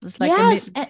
Yes